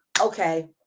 okay